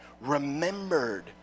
remembered